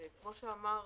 כי כמו שאמר